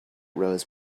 rose